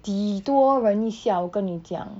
极多人一下我跟你讲